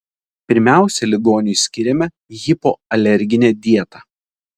pirmiausia ligoniui skiriame hipoalerginę dietą